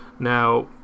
now